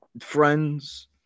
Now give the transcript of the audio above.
friends